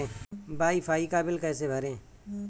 Wi fi का बिल कैसे भरें?